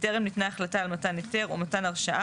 וטרם ניתנה החלטה על מתן היתר או מתן הרשאה